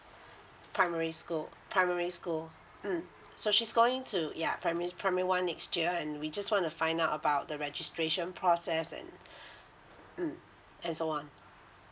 primary school primary school mm so she's going to ya primary primary one next year and we just want to find out about the registration process and mm and so on